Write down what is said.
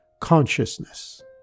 consciousness